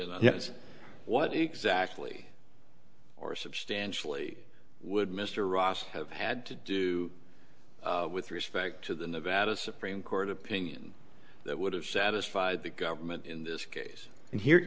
is what exactly or substantially would mr ross have had to do with respect to the nevada supreme court opinion that would have satisfied the government in this case and here